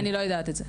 אני לא יודעת את זה.